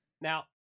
Now